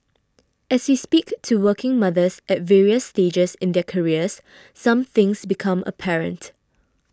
as we speak to working mothers at various stages in their careers some things become apparent